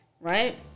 right